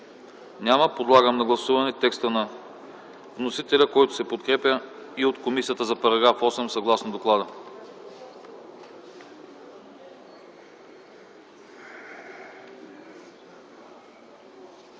Няма. Подлагам на гласуване текста на вносителя, който се подкрепя и от комисията за § 8, съгласно доклада.